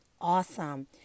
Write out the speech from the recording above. awesome